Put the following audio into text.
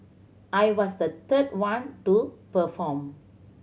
I was the third one to perform